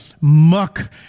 muck